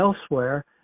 elsewhere